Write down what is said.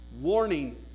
Warning